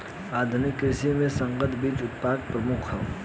आधुनिक कृषि में संकर बीज उत्पादन प्रमुख ह